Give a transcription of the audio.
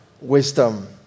wisdom